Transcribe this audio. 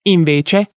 Invece